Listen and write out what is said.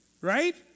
Right